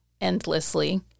endlessly